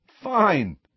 Fine